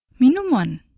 Minuman